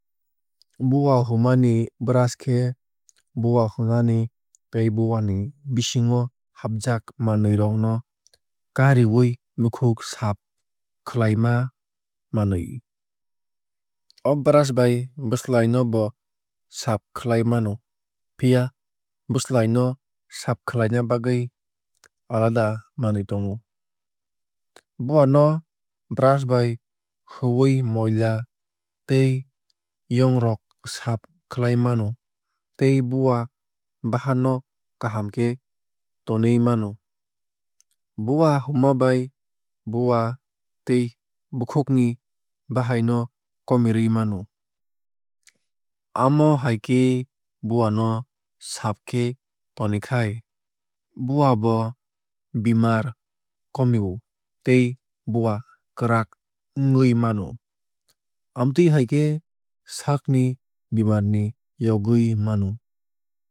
Bowa huma ni brush khe bowa hunani tei bowani bisingo hafjak manwui rok no kariwui bukhuk saaf khlaima manwui. O brush bai bwslai no bo saaf khlai mano phia bwslai no saaf khwlaina bagwui alada manwui tongo. Bowa no brush bai huwui moila tei yong rok saaf khlai mano tei bowa bahan no kaham khe tonui mano. Bowa huma bai bowa tei bukhuk ni bahai no komirwui mano. Amo hai khe bowano saaf khe tonikhai bowabo bemar komi o tei bowa kwrak wngwui mano. Amtwui hai khe saak ni bemar ni yogwui mano.